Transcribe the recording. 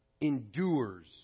endures